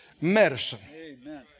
medicine